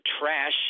trash